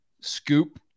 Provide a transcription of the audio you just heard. scoop